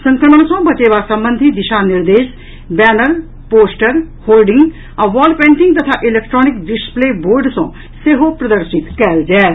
संक्रमण सँ वचेबा संबंधी दिशा निर्देश बैनर पोस्टर होर्डिंग आ वॉल पेंटीग तथा इलेक्ट्रॉनिक डिस्प्ले बोर्ड सँ सेहो प्रदर्शित कयल जायत